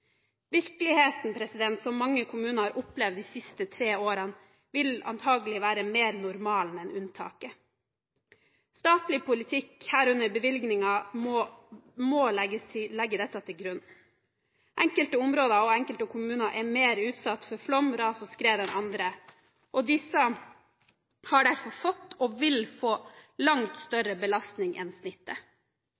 som mange kommuner har opplevd de siste tre årene, vil antagelig være mer normalen enn unntaket. Statlig politikk, herunder bevilgninger, må legge dette til grunn. Enkelte områder og enkelte kommuner er mer utsatt for flom, ras og skred enn andre, og disse har derfor fått og vil få langt